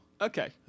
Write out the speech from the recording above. Okay